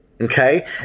okay